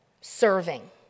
serving